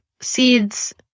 seeds